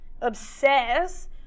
obsess